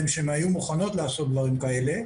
מוכנות לעשות דברים כאלה